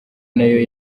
nayo